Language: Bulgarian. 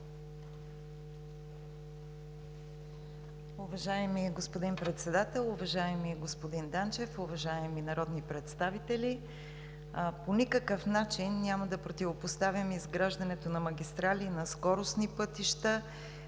Уважаеми господин Председател, уважаеми господин Данчев, уважаеми народни представители! По никакъв начин няма да противопоставям изграждането на магистрали, на скоростни пътища,